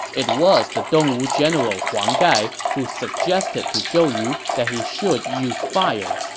it was the dongwu general huang gai who suggested to zhou yu that he should use fire,